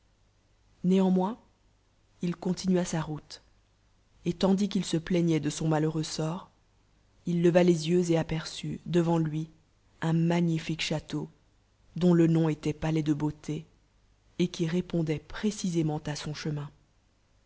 moios il continua la routej et tandis qu'il se plaignoit de son malheureux sort il leva les yeux et aperçut devant lui un magnifique ch iteau dont le nom tait ps ofs de be tké et qui répond précisément à son cljemin